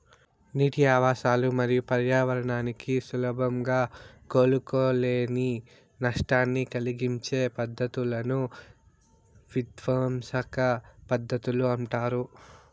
నీటి ఆవాసాలు మరియు పర్యావరణానికి సులభంగా కోలుకోలేని నష్టాన్ని కలిగించే పద్ధతులను విధ్వంసక పద్ధతులు అంటారు